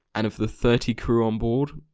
and of the thirty crew on board.